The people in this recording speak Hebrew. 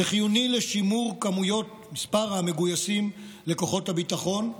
זה חיוני לשימור מספר המגויסים לכוחות הביטחון,